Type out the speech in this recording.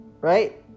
Right